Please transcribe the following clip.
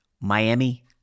Miami